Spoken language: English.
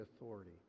authority